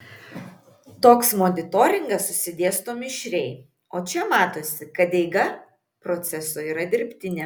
toks monitoringas susidėsto mišriai o čia matosi kad eiga proceso yra dirbtinė